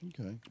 Okay